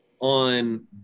on